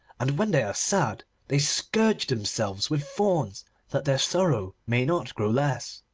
and when they are sad they scourge themselves with thorns that their sorrow may not grow less.